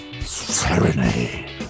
serenade